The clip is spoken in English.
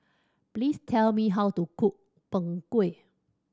please tell me how to cook Png Kueh